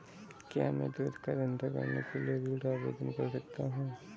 क्या मैं दूध का धंधा करने के लिए ऋण आवेदन कर सकता हूँ?